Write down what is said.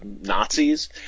Nazis